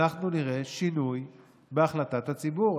אנחנו נראה שינוי בהחלטת הציבור.